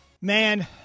Man